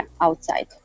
outside